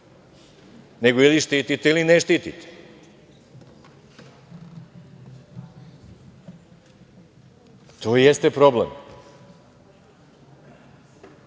nego ih ili štite ili ne štitite. To i jeste problem.